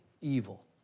evil